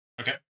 Okay